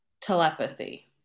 telepathy